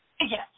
Yes